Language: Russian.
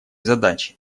задачей